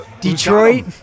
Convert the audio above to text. Detroit